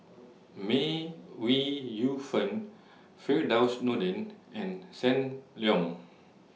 May We Yu Fen Firdaus Nordin and SAM Leong